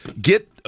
Get